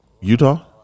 Utah